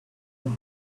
name